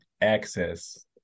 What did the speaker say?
access